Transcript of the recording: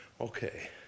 Okay